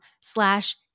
slash